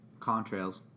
Contrails